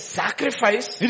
sacrifice